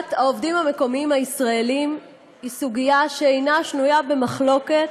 סוגיית העובדים המקומיים הישראלים היא סוגיה שאינה שנויה במחלוקת